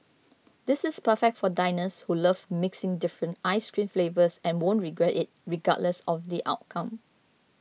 this is perfect for diners who love mixing different ice cream flavours and won't regret it regardless of the outcome